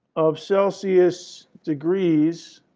of celsius degrees